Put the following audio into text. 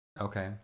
Okay